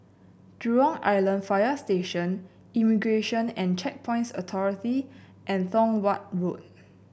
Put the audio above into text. Jurong Island Fire Station Immigration And Checkpoints Authority and Tong Watt Road